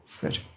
Good